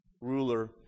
ruler